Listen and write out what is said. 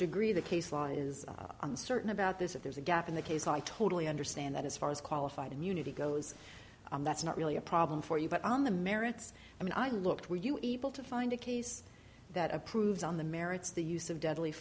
law is uncertain about this if there's a gap in the case and i totally understand that as far as qualified immunity goes on that's not really a problem for you but on the merits i mean i looked were you able to find a case that approves on the merits the use of deadly